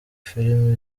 filimi